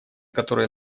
которые